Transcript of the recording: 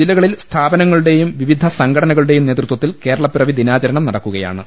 ജില്ലകളിൽ സ്ഥാപനങ്ങളുടെയും വിവിധ സംഘടനകളുടെയും നേതൃത്വത്തിൽ കേരളപ്പിറവി ദിനാചരണം നടക്കുകയാ ണ്